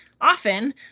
Often